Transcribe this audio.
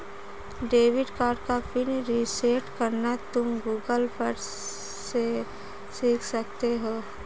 debit card का PIN reset करना तुम गूगल पर से सीख सकते हो